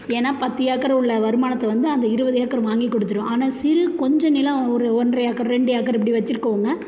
ஏன்னா பத்து ஏக்கர் உள்ள வருமானத்தை வந்து அந்த இருபது ஏக்கர் வாங்கி கொடுத்துரும் ஆனால் சிறு கொஞ்சம் நிலம் ஒரு ஒன்றரை ஏக்கர் ரெண்டு ஏக்கர் இப்படி வச்சிருக்கவங்க